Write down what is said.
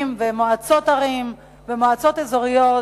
ומועצות אזוריות,